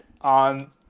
on